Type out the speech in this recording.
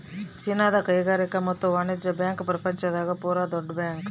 ಚೀನಾದ ಕೈಗಾರಿಕಾ ಮತ್ತು ವಾಣಿಜ್ಯ ಬ್ಯಾಂಕ್ ಪ್ರಪಂಚ ದಾಗ ಪೂರ ದೊಡ್ಡ ಬ್ಯಾಂಕ್